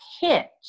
hit